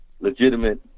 legitimate